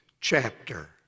chapter